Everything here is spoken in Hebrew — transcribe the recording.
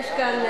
יש כאן,